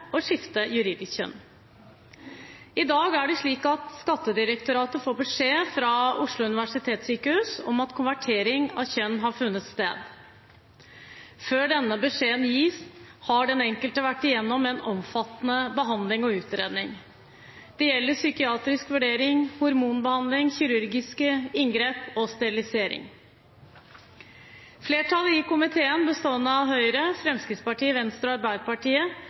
å skifte juridisk kjønn. I dag er det slik at Skattedirektoratet får beskjed fra Oslo universitetssykehus om at konvertering av kjønn har funnet sted. Før denne beskjeden gis, har den enkelte vært gjennom en omfattende behandling og utredning. Det gjelder psykiatrisk vurdering, hormonbehandling, kirurgiske inngrep og sterilisering. Flertallet i komiteen, bestående av Høyre, Fremskrittspartiet, Venstre og Arbeiderpartiet,